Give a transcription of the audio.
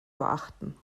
beachten